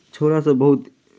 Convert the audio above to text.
छौड़ासभ बहुत